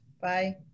Bye